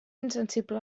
insensible